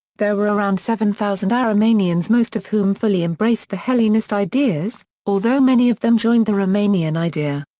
there were around seven thousand aromanians most of whom fully embraced the hellenist ideas, although many of them joined the romanian idea.